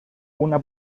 una